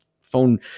phone –